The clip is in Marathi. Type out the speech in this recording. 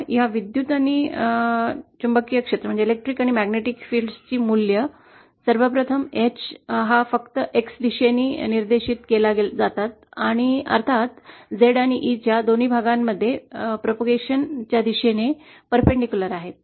पहा या विद्युत आणि चुंबकीय क्षेत्रा ची मूल्ये सर्वप्रथम H हा फक्त X दिशेने निर्देशित केली जातात अर्थात Z आणि E च्या दोन्ही भागांमध्ये प्रसारा च्या दिशेने लंब आहेत